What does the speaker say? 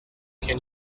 can